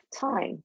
time